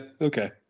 okay